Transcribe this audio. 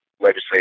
legislation